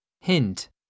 hint